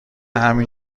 همین